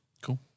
Cool